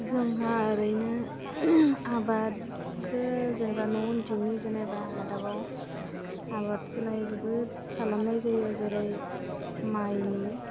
जोंहा ओरैनो आबादखौ जेनेबा न' उनथिंनि जेनेबा हादाबाव आबादखौलाय जोबोद खालामनाय जायो जेरै मायनि